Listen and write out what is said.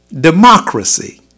democracy